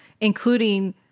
including